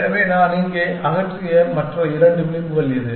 எனவே நான் இங்கே அகற்றிய மற்ற இரண்டு விளிம்புகள் எது